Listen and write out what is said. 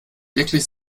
wirklich